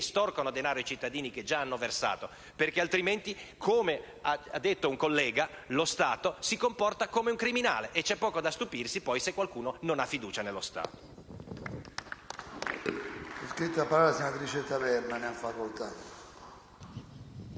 estorcono denaro ai cittadini che già hanno versato. Altrimenti, come ha detto un collega, lo Stato si comporta come un criminale e c'è poco da stupirsi se, poi, qualcuno non ha fiducia nello Stato.